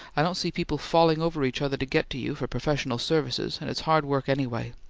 i don't see people falling over each other to get to you for professional services, and it's hard work anyway.